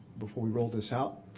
before we roll this out.